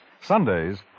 Sundays